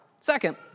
Second